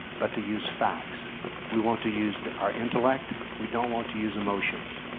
but to use facts we want to use the our intellect. we don't want to use emotions.